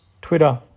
Twitter